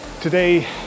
today